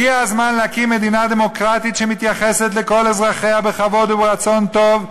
הגיע הזמן להקים מדינה דמוקרטית שמתייחסת לכל אזרחיה בכבוד וברצון טוב,